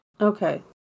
Okay